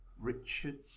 Richard